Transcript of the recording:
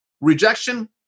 rejection